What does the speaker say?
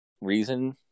Reason